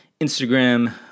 Instagram